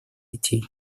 детей